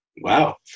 Wow